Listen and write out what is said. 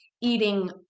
eating